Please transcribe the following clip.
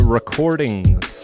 Recordings